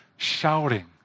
shouting